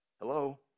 Hello